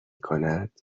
کند